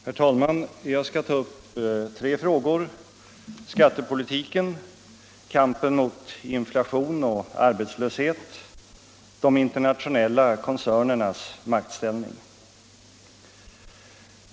Herr talman! Jag skall ta upp tre frågor: skattepolitiken, kampen mot inflation och arbetslöshet samt de internationella koncernernas maktställning.